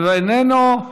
איננו,